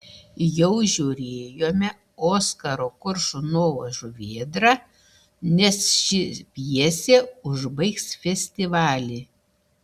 jau žiūrėjome oskaro koršunovo žuvėdrą nes ši pjesė užbaigs festivalį